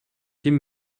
ким